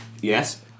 Yes